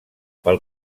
pel